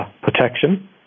protection